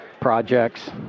projects